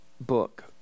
book